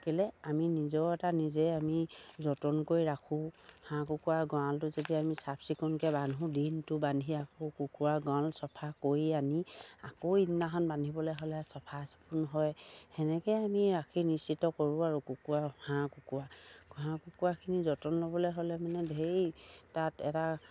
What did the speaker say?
কেলে আমি নিজৰ এটা নিজে আমি যতন কৰি ৰাখোঁ হাঁহ কুকুৰা গঁৰালটো যদি আমি চাফ চিকুণকে বান্ধো দিনটো বান্ধি ৰাখোঁ কুকুৰা গঁৰাল চফা কৰি আনি আকৌ বান্ধিবলে হ'লে চফা চিকুণ হয় সেনেকেই আমি ৰাখি নিশ্চিত কৰোঁ আৰু কুকুৰা হাঁহ কুকুৰা হাঁহ কুকুৰাখিনি যতন ল'বলে হ'লে মানে ধেই তাত এটা